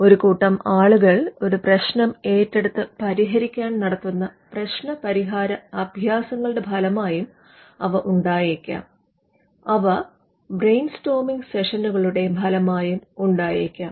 ഒരു കൂട്ടം ആളുകൾ ഒരു പ്രശ്നം ഏറ്റെടുത്ത് പരിഹരിക്കാൻ നടത്തുന്ന പ്രശ്നപരിഹാര അഭ്യാസങ്ങളുടെ ഫലമായും അവ ഉണ്ടായേക്കാം അവ ബ്രയിൻ സ്റ്റോർമിങ് സെഷനുകളുടെ ഫലമായും ഉണ്ടായേക്കാം